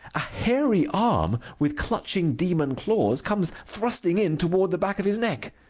a hairy arm with clutching demon claws comes thrusting in toward the back of his neck.